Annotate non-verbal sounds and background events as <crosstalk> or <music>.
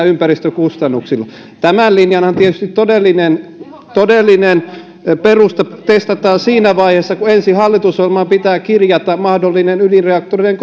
<unintelligible> ympäristökustannuksilla tämän linjan todellinen todellinen perusta testataan tietysti siinä vaiheessa kun ensin hallitusohjelmaan pitää kirjata mahdollinen ydinreaktoreiden <unintelligible>